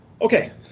Okay